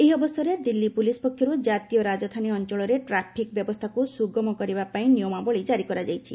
ଏହି ଅବସରରେ ଦିଲ୍ଲୀ ପୁଲିସ୍ ପକ୍ଷରୁ ଜାତୀୟ ରାଜଧାନୀ ଅଞ୍ଚଳରେ ଟ୍ରାଫିକ୍ ବ୍ୟବସ୍ଥାକୁ ସୁଗମ କରିବା ପାଇଁ ନିୟମାବଳୀ ଜାରି କରାଯାଇଛି